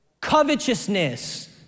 covetousness